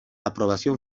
aprobación